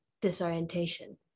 disorientation